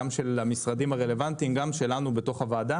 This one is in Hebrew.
של המשרד הרלוונטיים וגם שלנו בתוך הוועדה